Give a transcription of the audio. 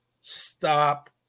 stop